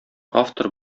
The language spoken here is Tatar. автор